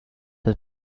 has